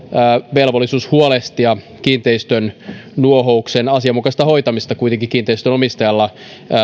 velvollisuus huolehtia kiinteistön nuohouksen asianmukaisesta hoitamisesta kuitenkin kiinteistönomistajalla